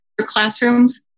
classrooms